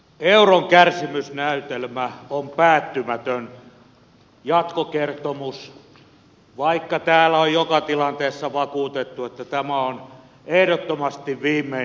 euron kärsimysnäytelmä on päättymätön jatkokertomus vaikka täällä on joka tilanteessa vakuutettu että tämä on ehdottomasti viimeinen kerta